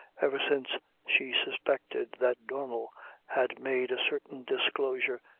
ever since she suspected that donnel had made a certain disclosure,